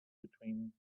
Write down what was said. between